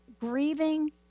grieving